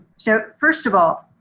so first of all,